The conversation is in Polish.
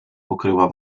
pokryła